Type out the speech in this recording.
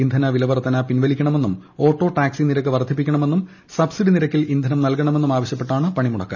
E ന്ധന വില വർധന പിൻവലിക്കണ്ട്മെന്നും ഓട്ടോ ടാക്സി നിര ക്ക് വർധിപ്പിക്കണമെന്നും സ്ബ്സിഡി നിരക്കിൽ ഇന്ധനം നൽകണമെന്നും ആവശ്യഉപ്പിട്ടാണ് പണിമുടക്ക്